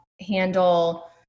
handle